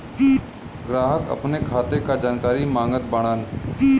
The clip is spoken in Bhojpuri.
ग्राहक अपने खाते का जानकारी मागत बाणन?